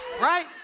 right